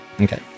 Okay